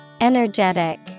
Energetic